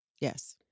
Yes